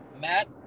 Matt